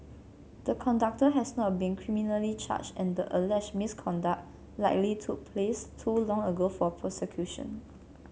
the conductor has not been criminally charged and the alleged misconduct likely took place too long ago for prosecution